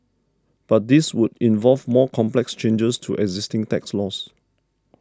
but this would involve more complex changes to existing tax laws